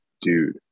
dude